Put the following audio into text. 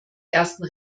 ersten